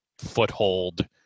foothold